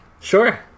Sure